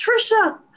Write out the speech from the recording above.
Trisha